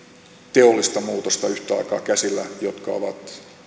teollista muutosta yhtä aikaa käsillä jotka muutokset ovat